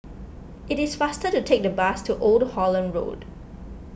it is faster to take the bus to Old Holland Road